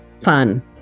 Fun